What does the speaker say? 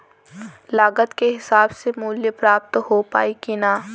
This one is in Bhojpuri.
लागत के हिसाब से मूल्य प्राप्त हो पायी की ना?